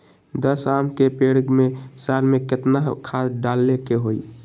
दस आम के पेड़ में साल में केतना खाद्य डाले के होई?